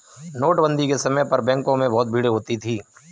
नोटबंदी के समय पर बैंकों में बहुत भीड़ होती थी